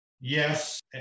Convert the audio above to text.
Yes